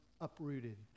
uprooted